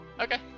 Okay